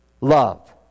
love